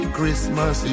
Christmas